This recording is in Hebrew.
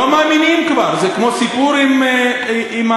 לא מאמינים כבר, זה כמו הסיפור עם הזאב.